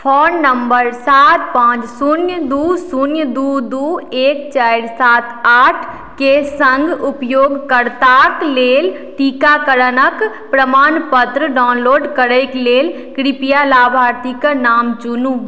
phone number सात पाँच शुन्य दू शुन्य दू दू एक चारि सात आठ के सङ्ग उपयोगकर्ताके लेल टीकाकरणक प्रमाणपत्र डाउनलोड करैक लेल कृपया लाभार्थीक नाम चुनु